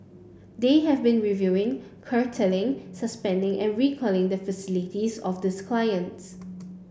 they have been reviewing curtailing suspending and recalling the facilities of these clients